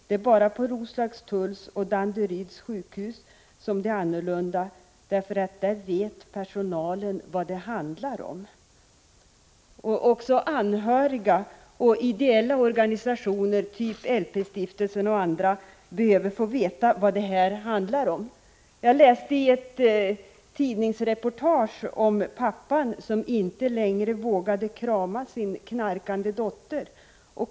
Det är bara på Roslagstulls och Danderyds sjukhus som det är annorlunda, därför att där vet personalen vad det handlar om. Även anhöriga och ideella organisationer typ LP-stiftelsen behöver få veta vad det handlar om. Jag läste i ett tidningsreportage om pappan som inte längre vågade krama sin knarkande dotter.